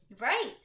Right